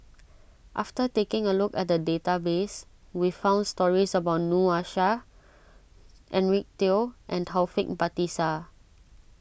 after taking a look at the database we found stories about Noor Aishah Eric Teo and Taufik Batisah